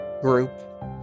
group